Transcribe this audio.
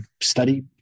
study